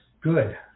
good